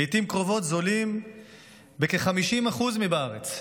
שלעיתים קרובות זולים בכ-50% מבארץ.